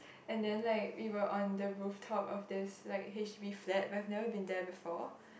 and then like we were on the rooftop of this like H_D_B flats where we have never been there before